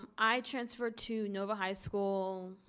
um i transferred to nova high school